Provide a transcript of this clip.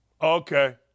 Okay